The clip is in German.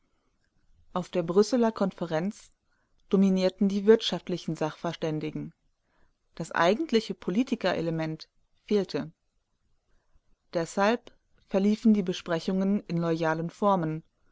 auf der brüsseler konferenz dominierten die wirtschaftlichen sachverständigen das eigentliche politikerelement fehlte deshalb verliefen die besprechungen in loyalen formen